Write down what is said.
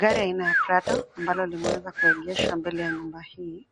Gari aina ya Prado , ambalo limeweza kuegeshwa mbele ya nyumba hii,